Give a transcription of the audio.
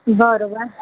બરાબર